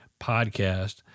podcast